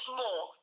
more